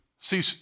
See